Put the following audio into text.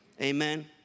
Amen